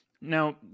now